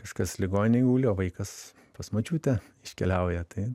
kažkas ligoninėj guli o vaikas pas močiutę iškeliauja tai